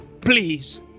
Please